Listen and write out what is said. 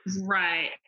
Right